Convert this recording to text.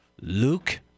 Luke